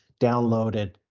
downloaded